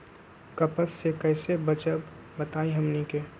कपस से कईसे बचब बताई हमनी के?